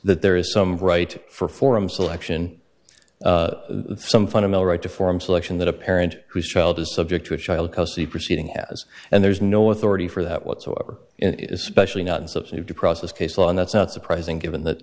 that there is some right for forum selection some fundamental right to form selection that a parent whose child is subject to a child custody proceeding has and there's no authority for that whatsoever in especially not in support of due process case law and that's not surprising given